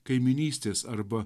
kaimynystės arba